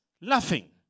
laughing